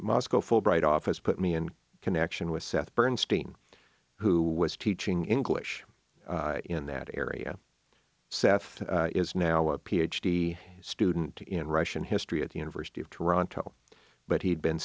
moscow fulbright office put me in connection with seth bernstein who was teaching english in that area seth is now a ph d student in russian history at the university of toronto but he had been